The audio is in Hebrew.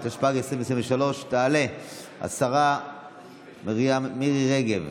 התשפ"ג 2023. תעלה השרה מרים מירי רגב,